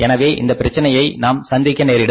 எனவே இந்த பிரச்சனையை நாம் சந்திக்க நேரிடும்